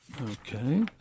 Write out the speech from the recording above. Okay